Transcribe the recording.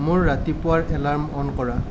মোৰ ৰাতিপুৱাৰ alarm on কৰা